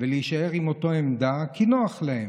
ולהישאר עם אותה עמדה, כי נוח להם.